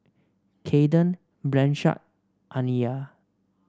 Kaden Blanchard Aniyah